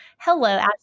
Hello